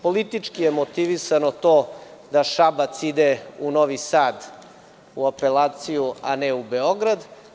Politički je motivisano to da Šabac ide u Novi Sad u apelaciju, a ne u Beograd.